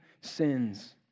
sins